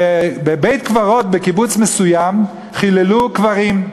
בבית-קברות בקיבוץ מסוים חיללו קברים.